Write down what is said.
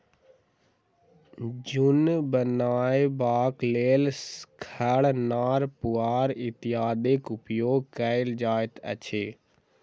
जुन्ना बनयबाक लेल खढ़, नार, पुआर इत्यादिक उपयोग कयल जाइत अछि